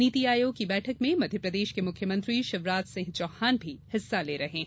नीति आयोग की बैठक मे मध्यप्रदेश के मुख्यमंत्री शिवराज सिंह चौहान भी हिस्सा ले रहे है